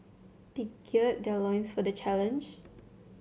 they gird their loins for the challenge